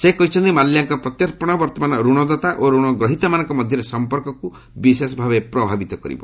ସେ କହିଛନ୍ତି ମାଲ୍ୟାଙ୍କ ପ୍ରତ୍ୟର୍ପଣ ବର୍ତ୍ତମାନ ଋଣଦାତା ଓ ରଣ ଗ୍ରହୀତାମାନଙ୍କ ମଧ୍ୟରେ ସଂପର୍କକୁ ବିଶେଷ ଭାବେ ପ୍ରଭାବିତ କରିବ